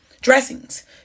dressings